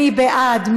מי בעד?